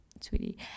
sweetie